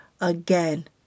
again